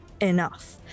enough